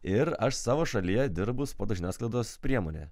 ir aš savo šalyje dirbu sporto žiniasklaidos priemonėje